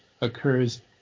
occurs